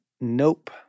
nope